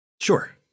sure